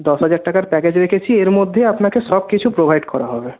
দশ হাজার টাকার প্যাকেজ রেখেছি এর মধ্যেই সবকিছু আপনাকে প্রোভাইড করা হবে